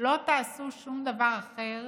לא תעשו שום דבר אחר